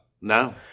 No